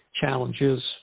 challenges